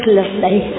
lovely